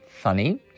funny